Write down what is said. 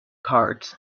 cards